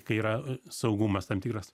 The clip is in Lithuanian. kai yra a saugumas tam tikras